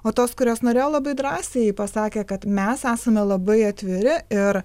o tos kurios norėjo labai drąsiai pasakė kad mes esame labai atviri ir